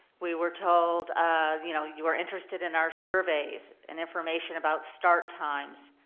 we were told you know you were interested in our surveys and information about start times,